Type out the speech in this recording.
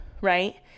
right